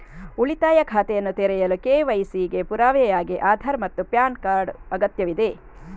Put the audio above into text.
ಉಳಿತಾಯ ಖಾತೆಯನ್ನು ತೆರೆಯಲು ಕೆ.ವೈ.ಸಿ ಗೆ ಪುರಾವೆಯಾಗಿ ಆಧಾರ್ ಮತ್ತು ಪ್ಯಾನ್ ಕಾರ್ಡ್ ಅಗತ್ಯವಿದೆ